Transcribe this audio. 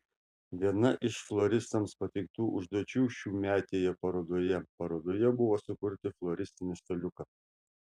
viena iš floristams pateiktų užduočių šiųmetėje parodoje parodoje buvo sukurti floristinį staliuką